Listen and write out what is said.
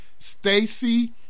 Stacy